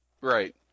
Right